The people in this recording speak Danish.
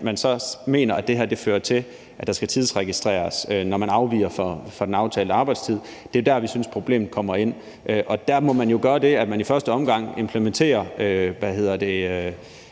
man så mener at det her fører til, hvis der skal tidsregistreres, når man afviger fra den aftalte arbejdstid, er der, hvor vi synes problemet kommer ind. Der må man jo gøre det, at man i første omgang implementerer